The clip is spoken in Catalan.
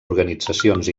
organitzacions